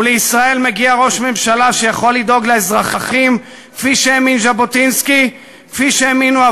ולישראל מגיע ראש ממשלה שיכול לדאוג לאזרחים כפי שהאמין ז'בוטינסקי,